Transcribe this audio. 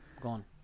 Gone